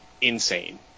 insane